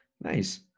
Nice